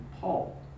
Paul